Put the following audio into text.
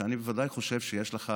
אני בוודאי חושב שיש לך